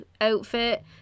outfit